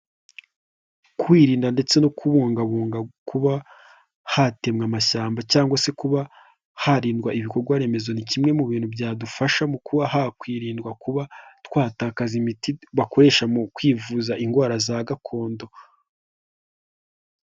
Kwirinda ndetse no kubungabunga kuba hatemwa amashyamba cyangwa se kuba harindwa ibikorwa remezo, ni kimwe mu bintu byadufasha mu kuba hakwirindwa kuba twatakaza imiti bakoresha mu kwivuza indwara za gakondo.